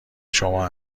شما